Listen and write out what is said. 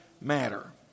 matter